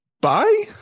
bye